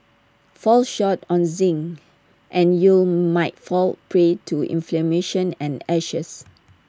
fall short on zinc and you'll might fall prey to inflammation and ashes